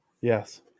yes